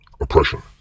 oppression